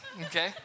okay